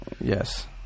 Yes